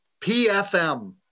pfm